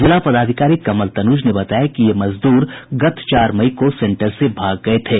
जिला पदाधिकारी कंवल तनुज ने बताया कि ये मजदूर गत चार मई को सेंटर से भाग गये थे